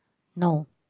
no